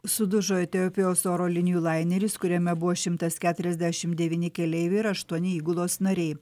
sudužo etiopijos oro linijų laineris kuriame buvo šimtas keturiasdešimt devyni keleiviai ir aštuoni įgulos nariai